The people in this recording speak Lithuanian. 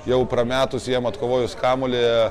jau prametus jiem atkovojus kamuolį